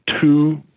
two